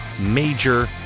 major